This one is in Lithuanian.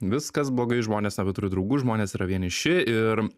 viskas blogai žmonės nebeturi draugų žmonės yra vieniši ir